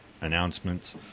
announcements